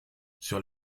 sur